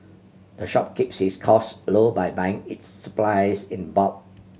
the shop keeps its costs low by buying its supplies in bulk